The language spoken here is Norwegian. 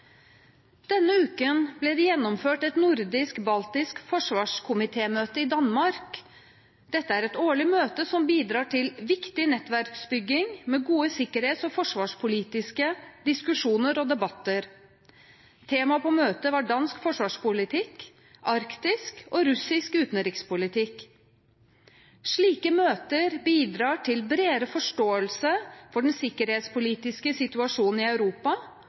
Denne uken ble det gjennomført et nordisk-baltisk forsvarskomitémøte i Danmark. Dette er et årlig møte som bidrar til viktig nettverksbygging med gode sikkerhets- og forsvarspolitiske diskusjoner og debatter. Tema på møtet var dansk forsvarspolitikk, Arktis og russisk utenrikspolitikk. Slike møter bidrar til bredere forståelse for den sikkerhetspolitiske situasjonen i Europa,